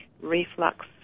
reflux